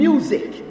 Music